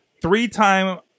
Three-time